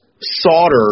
solder